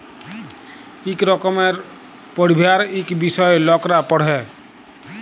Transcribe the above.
ইক রকমের পড়্হাবার ইক বিষয় লকরা পড়হে